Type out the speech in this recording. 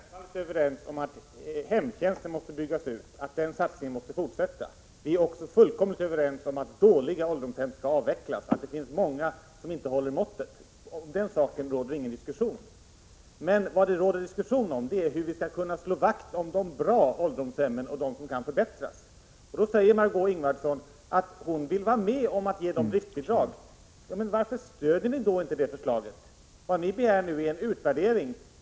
Herr talman! Vi är självfallet överens om att hemtjänsten måste byggas ut och att den satsningen måste fortsätta. Vi är också fullkomligt överens om att dåliga ålderdomshem skall avvecklas och att det finns många som inte håller måttet. Om den saken råder inga delade meningar. Vad som däremot kan diskuteras är hur vi skall kunna slå vakt om de ålderdomshem som är bra eller som kan förbättras. Margö Ingvardsson säger nu att hon vill vara med om att ge dem driftsbidrag. Varför stöder ni då inte det förslaget? Ni begär nu en utvärdering.